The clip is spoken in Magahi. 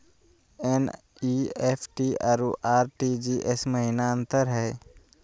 एन.ई.एफ.टी अरु आर.टी.जी.एस महिना का अंतर हई?